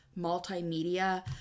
multimedia